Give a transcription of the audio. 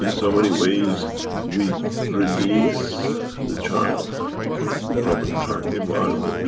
in so many ways we release the child from a trapped environment